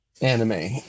anime